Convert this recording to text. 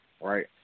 right